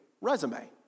resume